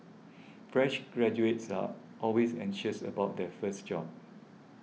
fresh graduates are always anxious about their first job